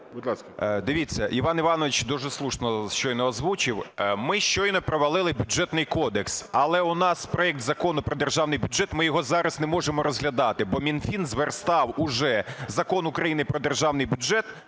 Дивіться, Іван Іванович дуже слушно щойно озвучив, ми щойно провалили Бюджетний кодекс, але у нас проект Закону про Державний бюджет, ми його зараз не можемо розглядати, бо Мінфін зверстав уже Закон України про Державний бюджет